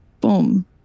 Boom